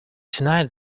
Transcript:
tonight